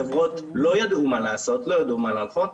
החברות לא ידעו מה לעשות, לא ידעו מה להנחות.